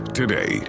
today